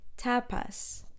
tapas